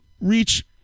reach